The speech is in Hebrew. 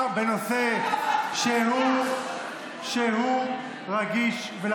מדובר בנושא שהוא רגיש זה רגיש למי שרוצה להשמיד את המדינה.